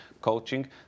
coaching